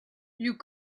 you